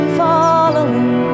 following